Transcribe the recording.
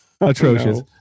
atrocious